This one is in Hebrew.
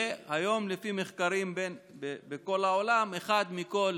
והיום, לפי מחקרים בכל העולם, אחד מכל